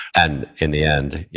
and in the end, yeah